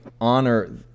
honor